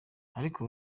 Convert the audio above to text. ariko